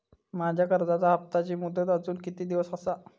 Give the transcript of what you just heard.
माझ्या कर्जाचा हप्ताची मुदत अजून किती दिवस असा?